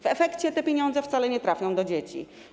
W efekcie te pieniądze wcale nie trafią do dzieci.